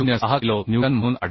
06 kilo newton म्हणून आढळली